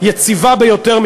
יציבה ביותר,